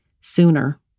sooner